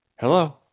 Hello